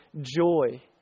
joy